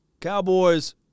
Cowboys